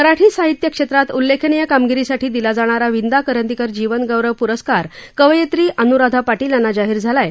मराठी साहित्य क्षेत्रात उल्लेखनीय कामगिरीसाठी दिला जाणारा विंदा करंदीकर जीवनगौरव प्रस्कार पुरस्कार कवयित्री अनुराधा पाटील यांना जाहीर झाला आहे